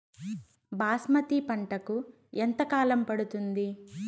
బాస్మతి పంటకు ఎంత కాలం పడుతుంది?